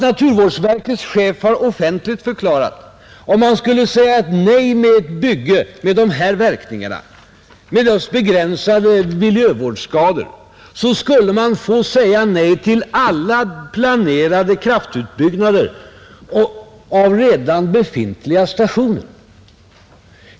Naturvårdsverkets chef har offentligen förklarat att om man skulle säga nej till ett bygge med dessa begränsade miljöskador skulle man få säga nej till alla planerade utbyggnader av redan befintliga kraftstationer.